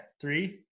three